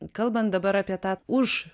kalbant dabar apie tą už